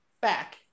back